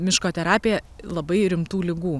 miško terapija labai rimtų ligų